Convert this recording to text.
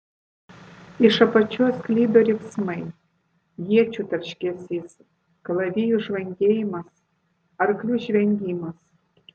iš apačios sklido riksmai iečių tarškesys kalavijų žvangėjimas arklių žvengimas